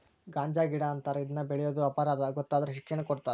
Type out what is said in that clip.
ಗಾಂಜಾಗಿಡಾ ಅಂತಾರ ಇದನ್ನ ಬೆಳಿಯುದು ಅಪರಾಧಾ ಗೊತ್ತಾದ್ರ ಶಿಕ್ಷೆನು ಕೊಡತಾರ